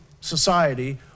society